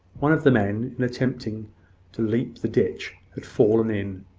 one of the men, in attempting to leap the ditch, had fallen in,